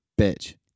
bitch